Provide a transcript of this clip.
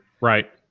Right